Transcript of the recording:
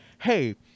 Hey